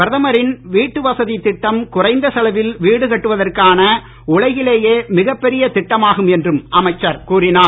பிரதமரின் வீட்டு வசதி திட்டம் குறைந்த செலவில் வீடு கட்டுவதற்கான உலகிலேயே மிக பெரிய திட்டமாகும் என்றும் அமைச்சர் கூறினார்